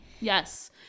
Yes